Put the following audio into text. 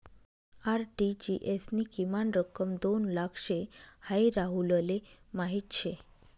RTGS नी किमान रक्कम दोन लाख शे हाई राहुलले माहीत शे